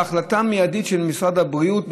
בהחלטה מיידית של משרד הבריאות,